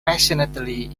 passionately